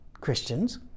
Christians